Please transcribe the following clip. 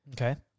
Okay